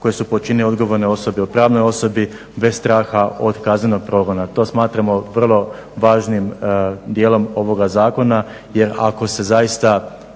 koja su počinile odgovorne osobe u pravnoj osobi bez straha od kaznenog progona. To smatramo vrlo važnim dijelom ovoga zakona jer ako se zaista